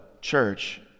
church